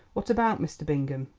what about, mr. bingham.